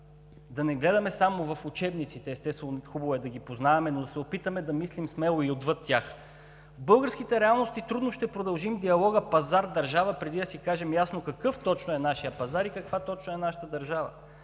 да не гледаме само в учебниците. Естествено, хубаво е да ги познаваме, но да се опитаме да мислим смело и отвъд тях. В българските реалности трудно ще продължим диалога „пазар – държава“ преди да си кажем ясно какъв точно е нашият пазар и каква точно е нашата държава,